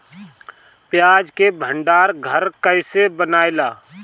प्याज के भंडार घर कईसे बनेला?